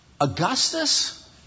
Augustus